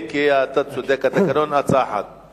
אם כי אתה צודק, התקנון, הצעה אחת.